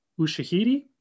Ushahidi